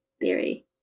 theory